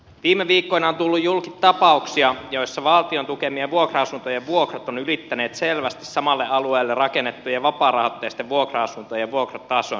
viime viikkoina on tullut julki tapauksia joissa valtion tukemien vuokra asuntojen vuokrat ovat ylittäneet selvästi samalle alueelle rakennettujen vapaarahoitteisten vuokra asuntojen vuokratason